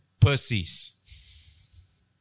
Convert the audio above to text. pussies